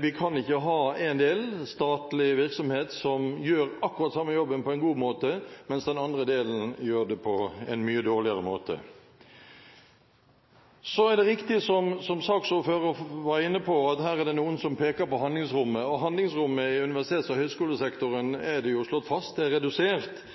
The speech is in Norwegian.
Vi kan ikke ha en del statlig virksomhet som gjør jobben på en god måte, mens den andre delen gjør akkurat samme jobben på en mye dårligere måte. Det er riktig, som saksordføreren var inne på, at her er det noen som peker på handlingsrommet, og handlingsrommet i universitets- og høyskolesektoren er det